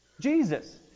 Jesus